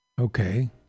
Okay